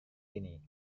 ini